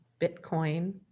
Bitcoin